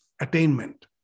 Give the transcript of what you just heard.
attainment